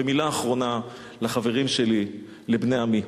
ומלה אחרונה לחברים שלי, לבני עמי.